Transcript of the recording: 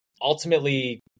ultimately